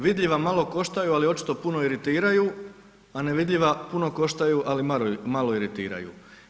Vidljiva malo koštaju ali očito puno iritiraju, a nevidljiva puno koštaju ali malo iritiraju.